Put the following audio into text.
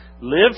Live